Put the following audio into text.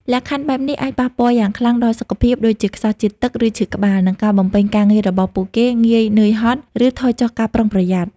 លក្ខខណ្ឌបែបនេះអាចប៉ះពាល់យ៉ាងខ្លាំងដល់សុខភាព ដូចជាខ្សោះជាតិទឹក ឬឈឺក្បាល និងការបំពេញការងាររបស់ពួកគេ ងាយនឿយហត់ ឬថយចុះការប្រុងប្រយ័ត្ន។